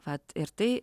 vad ir tai